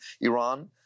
Iran